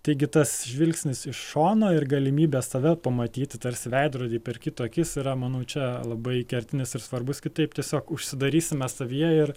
taigi tas žvilgsnis iš šono ir galimybė save pamatyti tarsi veidrody per kito akis yra manau čia labai kertinis ir svarbus kitaip tiesiog užsidarysime savyje ir